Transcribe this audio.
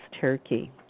Turkey